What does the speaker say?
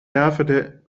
daverde